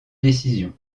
décision